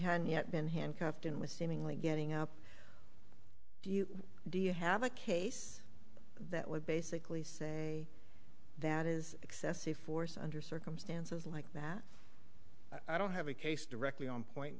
hadn't yet been handcuffed and was seemingly getting up do you do you have a case that would basically say that is excessive force under circumstances like that i don't have a case directly on point